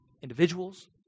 individuals